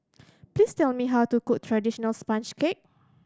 please tell me how to cook traditional sponge cake